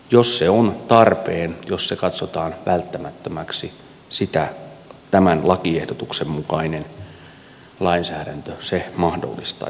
jos se on tarpeen jos se katsotaan välttämättömäksi tämän lakiehdotuksen mukainen lainsäädäntö mahdollistaisi tämän